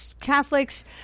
Catholics